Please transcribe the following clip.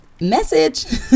message